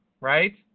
Right